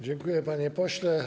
Dziękuję, panie pośle.